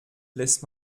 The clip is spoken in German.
lässt